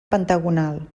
pentagonal